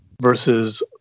versus